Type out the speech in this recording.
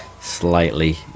slightly